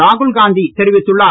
ராகுல்காந்தி தெரிவித்துள்ளார்